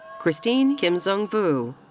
christine kim-dzung vu.